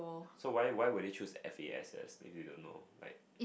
so why why will they choose F_A_S_S if they don't know like